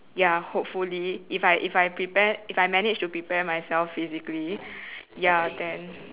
ya hopefully if I if I prepare if I manage to prepare myself physically ya then